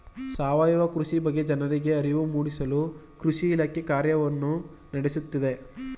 ಸಾವಯವ ಕೃಷಿ ಬಗ್ಗೆ ಜನರಿಗೆ ಅರಿವು ಮೂಡಿಸಲು ಕೃಷಿ ಇಲಾಖೆ ಕಾರ್ಯಗಾರವನ್ನು ನಡೆಸುತ್ತಿದೆ